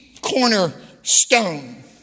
cornerstone